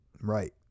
right